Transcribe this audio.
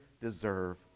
deserve